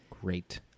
great